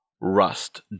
rust